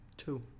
two